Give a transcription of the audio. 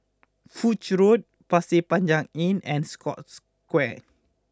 Foch Road Pasir Panjang Inn and Scotts Square